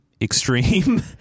extreme